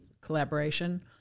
collaboration